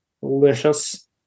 Delicious